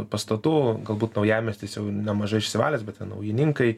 pastatų galbūt naujamiestis jau nemažai išsivalęs bet ten naujininkai